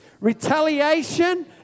retaliation